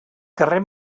carrer